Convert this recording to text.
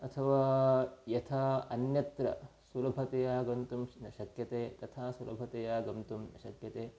अथवा यथा अन्यत्र सुलभतया गन्तुं न शक्यते तथा सुलभतया गन्तुं न शक्यते